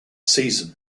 season